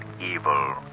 evil